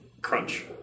crunch